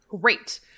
Great